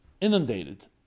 inundated